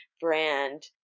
brand